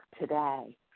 today